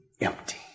empty